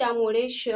त्यामुळे श